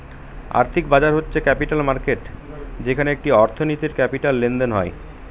আর্থিক বাজার হচ্ছে ক্যাপিটাল মার্কেট যেখানে একটি অর্থনীতির ক্যাপিটাল লেনদেন হয়